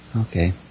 Okay